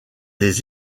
des